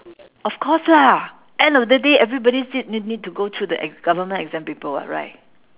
of course lah end of the day everybody still need need to go through the e~ government exam paper [what] right